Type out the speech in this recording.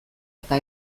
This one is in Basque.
eta